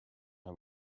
her